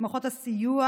נתמכות הסיוע